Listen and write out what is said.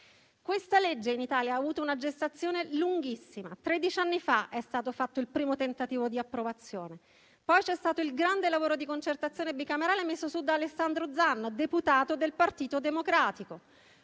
Questa legge in Italia ha avuto una gestazione lunghissima: tredici anni fa è stato fatto il primo tentativo di approvazione; poi c'è stato il grande lavoro di concertazione bicamerale messo su da Alessandro Zan, deputato del Partito Democratico.